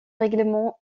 règlements